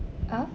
ah